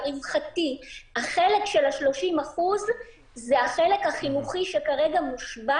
החלק של ה-30% זה החלק החינוכי שכרגע מושבת